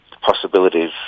possibilities